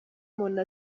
umuntu